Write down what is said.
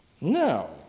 No